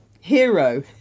hero